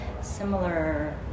similar